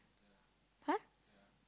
!huh!